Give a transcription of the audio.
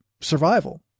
survival